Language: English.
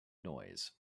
noise